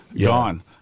Gone